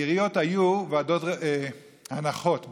בעיריות היו הנחות במים.